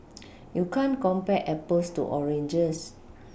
you can't compare Apples to oranges